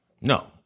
No